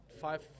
five